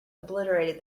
obliterated